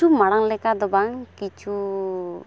ᱠᱤᱪᱷᱩ ᱢᱟᱲᱟᱝ ᱞᱮᱠᱟ ᱫᱚ ᱵᱟᱝ ᱠᱤᱪᱷᱩᱻ